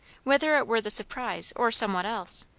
whether it were the surprise or somewhat else,